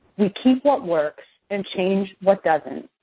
we keep what works and change what doesn't.